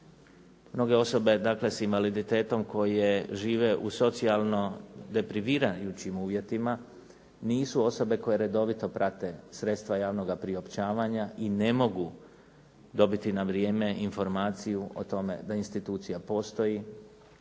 mnoge osobe sa invaliditetom koje žive u socijalno deprivirajućim uvjetima nisu osobe koje redovito osobe koje prate sredstva javnoga priopćavanja i ne mogu dobiti na vrijeme informaciju o tome da institucija postoji,